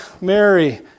Mary